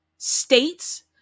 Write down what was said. states